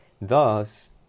Thus